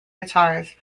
guitars